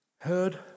Heard